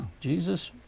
Jesus